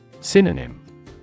Synonym